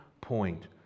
point